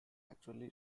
actually